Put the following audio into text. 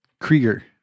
Krieger